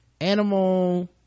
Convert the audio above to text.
animal